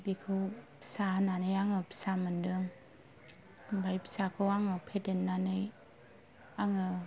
बेखौ फिसा होनानै आङो फिसा मोनदों आमफ्राय फिसाखौ आङो फेदेरनानै आङो